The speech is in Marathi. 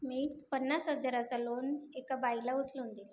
मी पन्नास हजाराचं लोन एका बाईला उचलून दिलं